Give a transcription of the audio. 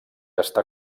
està